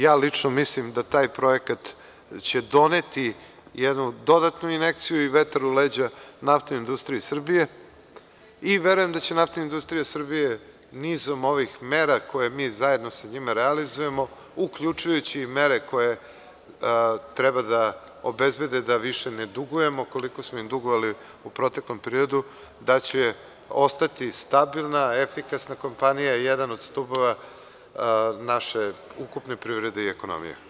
Ja lično mislim da taj projekat će doneti jednu dodatnu injekciju i vetar u leđa NIS i verujem da će NIS nizom ovih mera koje mi zajedno sa njima realizujemo uključujući i mere koje treba da obezbede da više ne dugujemo, koliko smo im dugovali u proteklom periodu, da će ostati stabilna, efikasna kompanija i jedan od stubova naše ukupne privrede i ekonomije.